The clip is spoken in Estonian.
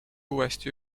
uuesti